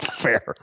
fair